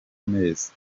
amezi